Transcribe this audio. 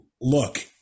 look